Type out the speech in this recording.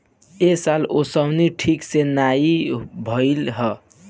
ए साल ओंसउनी ठीक से नाइ भइल हअ